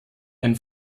ein